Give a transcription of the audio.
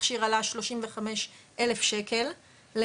מכשיר עלה 35,000 ₪ למכשיר,